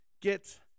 get